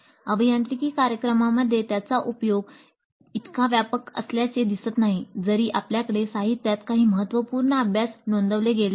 अभियांत्रिकी कार्यक्रमांमध्ये त्याचा उपयोग इतका व्यापक असल्याचे दिसत नाही जरी आपल्याकडे साहित्यात काही महत्त्वपूर्ण अभ्यास नोंदवले गेले आहेत